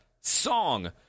song